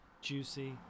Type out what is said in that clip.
juicy